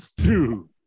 two